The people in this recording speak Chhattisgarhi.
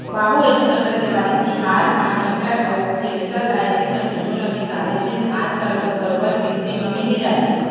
बाबू एसो संघरा देवारी तिहार म टेक्टर अउ थेरेसर ल एके संग दुनो ल बिसा लेतेन आज कल तो बरोबर किस्ती म मिल ही जाथे